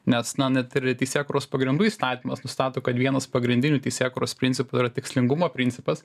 nes net ir teisėkūros pagrindų įstatymas nustato kad vienas pagrindinių teisėkūros principų yra tikslingumo principas